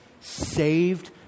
saved